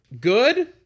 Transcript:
good